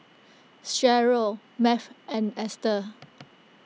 Sheryl Math and Esther